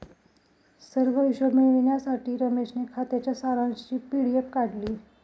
सर्व हिशोब मिळविण्यासाठी रमेशने खात्याच्या सारांशची पी.डी.एफ काढली